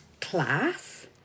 class